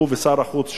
הוא ושר החוץ שלו,